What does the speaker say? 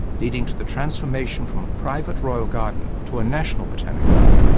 leading to the transformation from a private royal garden to a national botanic garden,